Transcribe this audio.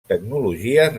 tecnologies